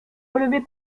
relever